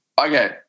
Okay